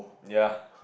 their